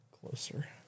closer